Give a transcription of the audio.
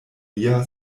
lia